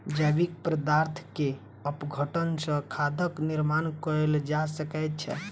जैविक पदार्थ के अपघटन सॅ खादक निर्माण कयल जा सकै छै